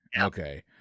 Okay